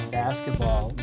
basketball